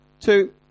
two